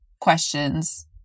questions